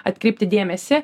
atkreipti dėmesį